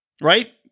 right